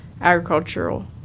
agricultural